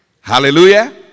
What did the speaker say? Hallelujah